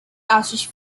ostrich